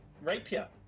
rapier